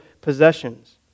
possessions